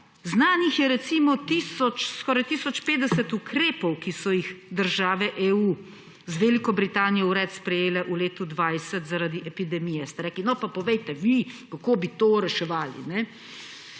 Znanih je recimo skoraj tisoč 50 ukrepov, ki so jih države EU z Veliko Britanijo vred sprejele v letu 2020 zaradi epidemije. Ste rekli, »no, pa povejte vi, kako bi to reševali«.